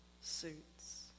suits